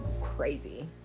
crazy